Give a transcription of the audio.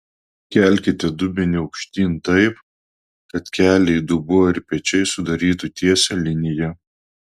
kelkite dubenį aukštyn taip kad keliai dubuo ir pečiai sudarytų tiesią liniją